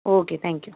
okay thank you